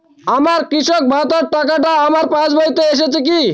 আমার কৃষক ভাতার টাকাটা আমার পাসবইতে এসেছে কি?